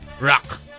rock